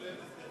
זה כולל מסגדים?